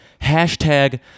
hashtag